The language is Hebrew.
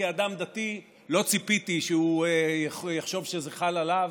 כאדם דתי, לא ציפיתי שהוא יחשוב שזה חל עליו.